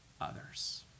others